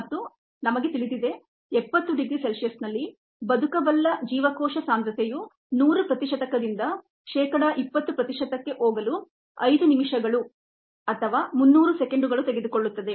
ಮತ್ತು ನಮಗೆ ತಿಳಿದಿದೆ 70 ಡಿಗ್ರಿ C ನಲ್ಲಿ ವ್ಯೆಯಬಲ್ ಸೆಲ್ ಕಾನ್ಸಂಟ್ರೇಶನ್ 100 ಪ್ರತಿಶತಕದಿಂದ ಶೇಕಡಾ 20 ಪ್ರತಿಶತಕ್ಕೆ ಹೋಗಲು 5 ನಿಮಿಷಗಳು ಅಥವಾ 300 ಸೆಕೆಂಡುಗಳನ್ನು ತೆಗೆದುಕೊಳ್ಳುತ್ತದೆ